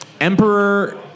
Emperor